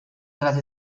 tras